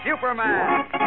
Superman